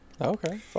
okay